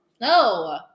No